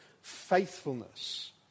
faithfulness